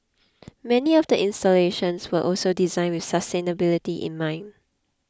many of the installations were also designed with sustainability in mind